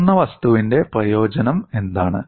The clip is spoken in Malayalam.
പൊട്ടുന്ന വസ്തുവിന്റെ പ്രയോജനം എന്താണ്